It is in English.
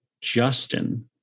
Justin